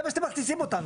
לזה אתם מכניסים אותנו.